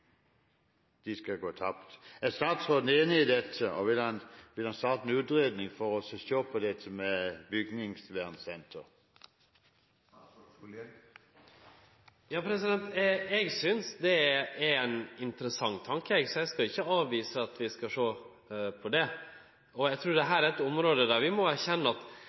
de skal gå tapt. Er statsråden enig i dette, og vil han starte en utredning for å se på dette med bygningsvernsentre? Eg synest det er ein interessant tanke, så eg skal ikkje avvise at vi skal sjå på det. Eg trur dette er eit område der vi må erkjenne at